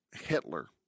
Hitler